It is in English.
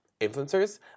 influencers